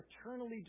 eternally